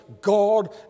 God